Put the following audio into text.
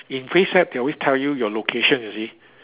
in Facetime they will always tell you your location you see